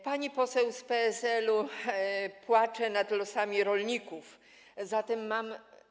Pani poseł z PSL-u płacze nad losami rolników, zatem mam.